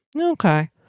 Okay